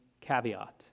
caveat